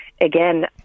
again